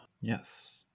yes